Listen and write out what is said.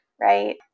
Right